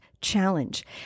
Challenge